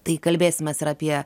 tai kalbėsimės ir apie